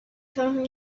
tell